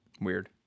weird